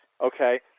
okay